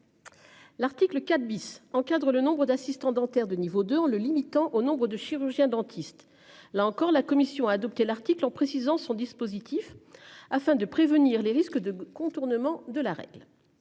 L'article 4 bis encadre le nombre d'assistants dentaires de niveau 2 en le limitant aux nombres de chirurgien dentiste, là encore, la commission a adopté l'article en précisant son dispositif afin de prévenir les risques de contournement de la règle.